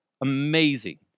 Amazing